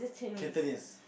cantonese